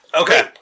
Okay